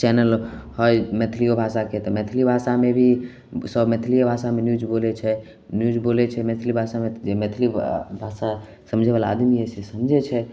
channel हइ मैथिलिओ भाषाके तऽ मैथिली भाषामे भी सब मैथिलिए भाषामे न्यूज बोलै छै न्यूज बोलै छै मैथिली भाषामे तऽ जे मैथिली भाषा समझैवला आदमी हइ से समझै छै